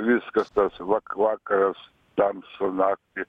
viskas tas vak vakaras tamsu naktį